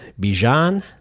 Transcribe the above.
Bijan